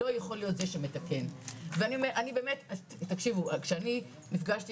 לא יכול להיות זה שמתקן ואני באמת תקשיבו כשאני נפגשתי